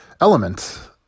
element